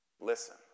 listen